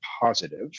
positive